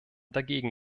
dagegen